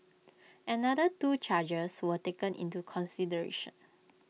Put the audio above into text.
another two charges were taken into consideration